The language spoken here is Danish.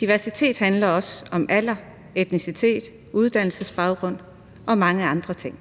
Diversitet handler også om alder, etnicitet, uddannelsesbaggrund og mange andre ting.